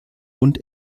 und